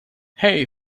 hey